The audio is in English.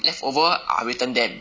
leftover I return them